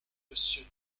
monsieur